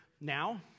now